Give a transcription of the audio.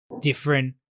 different